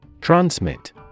Transmit